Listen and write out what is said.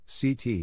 CT